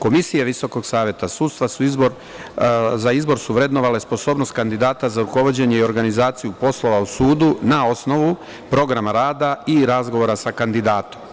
Komisije VSS su za izbor vrednovale sposobnost kandidata za rukovođenje i organizaciju poslova u sudu na osnov u programa rada i razgovora sa kandidatom.